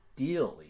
ideally